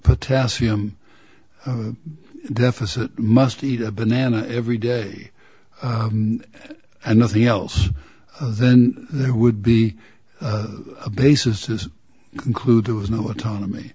potassium deficit must eat a banana every day and nothing else then there would be a basis to conclude there was no autonomy